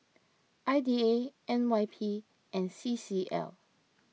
I D A N Y P and C C L